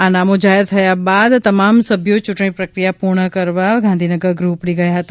આ નામો જાહેર થયા બાદ તમામ સભ્યો ચૂંટણી પ્રક્રિયા પૂર્ણ કરવા ગાંધીનગર ગૃહ ઉપડી ગયા હતા